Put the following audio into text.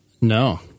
No